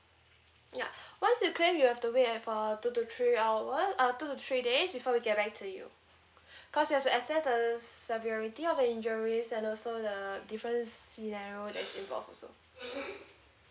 ya once you claim you have to wait have for err two to three hour uh two to three days before we get back to you cause we have to assess the severity of the injuries and also the different scenario that is involved also